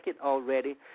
already